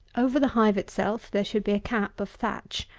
over the hive itself there should be a cap of thatch,